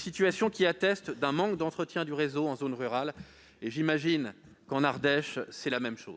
qui attestent le manque d'entretien du réseau en zone rurale. J'imagine que l'Ardèche n'y échappe pas.